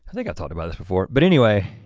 think i've talked about this before, but anyway,